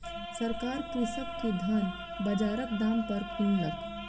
सरकार कृषक के धान बजारक दाम पर किनलक